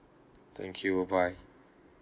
thank you bye bye